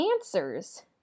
answers